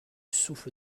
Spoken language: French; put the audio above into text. souffle